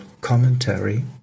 commentary